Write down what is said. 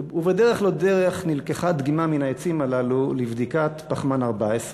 ובדרך לא דרך נלקחה דגימה מן העצים הללו לבדיקת פחמן 14,